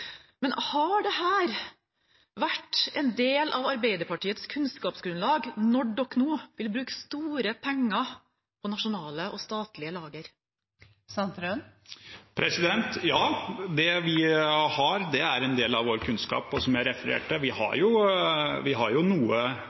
Har dette vært en del av Arbeiderpartiets kunnskapsgrunnlag når dere nå vil bruke store penger på nasjonale og statlige lager? Ja, det er en del av vår kunnskap. Og som jeg refererte til, vi har jo